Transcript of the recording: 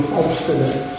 obstinate